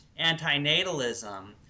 antinatalism